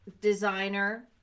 Designer